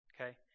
Okay